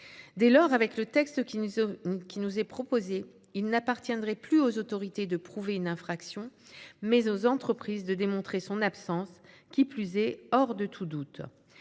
Dès lors, avec le texte qui nous est proposé, il appartiendrait non plus aux autorités de prouver une infraction, mais aux entreprises de démontrer son absence, qui plus est « hors de tout doute